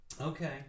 Okay